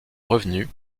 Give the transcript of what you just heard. revenus